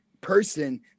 person